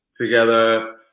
together